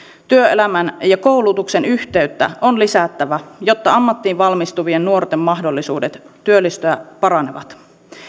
työelämän ja koulutuksen yhteyttä on lisättävä jotta ammattiin valmistuvien nuorten mahdollisuudet työllistyä paranevat